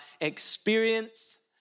experience